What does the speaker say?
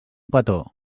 petó